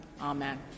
Amen